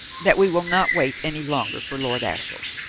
that we will not wait any longer for lord ashiel.